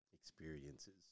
experiences